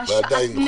ועדיין חושב.